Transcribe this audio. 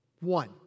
One